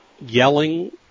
yelling